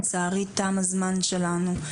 לצערי תם הזמן שלנו.